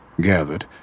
gathered